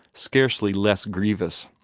scarcely less grievous.